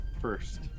first